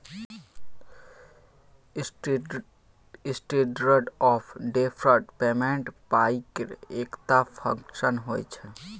standard of deferred payment पाइ केर एकटा फंक्शन होइ छै